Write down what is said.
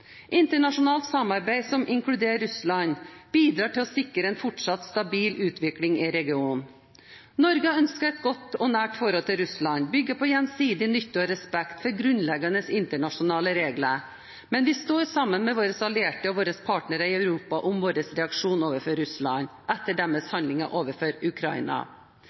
Internasjonalt samarbeid som inkluderer Russland, bidrar til å sikre en fortsatt stabil utvikling i regionen. Norge ønsker et godt og nært forhold til Russland, bygget på gjensidig nytte og respekt for grunnleggende internasjonale regler. Men vi står sammen med våre allierte og våre partnere i Europa om vår reaksjon overfor Russland etter deres handlinger overfor Ukraina.